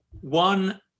one